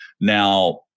Now